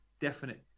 definite